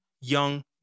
young